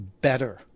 better